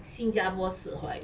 新加坡式华语